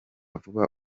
vuba